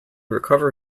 recover